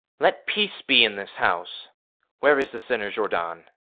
let peace be in this house where is the sinner jourdain?